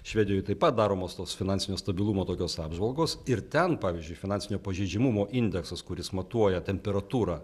švedijoje taip pat daromos tos finansinio stabilumo tokios apžvalgos ir ten pavyzdžiui finansinio pažeidžiamumo indeksas kuris matuoja temperatūrą